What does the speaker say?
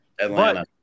Atlanta